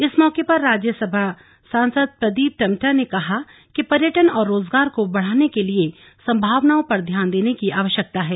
इस मौके पर राज्य सभा सांसद प्रदीप टम्टा ने कहा कि पर्यटन व रोजगार को बढ़ाने के लिए संभावनाओं पर ध्यान देने की आवश्यकता है